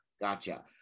Gotcha